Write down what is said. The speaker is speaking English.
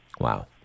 Wow